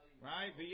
right